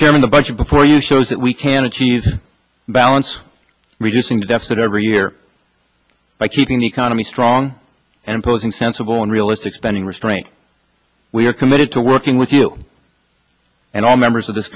chairman the budget before you shows that we can achieve balance reducing the deficit every year by keeping the economy strong and imposing sensible and realistic spending restraint we are committed to working with you and all members of this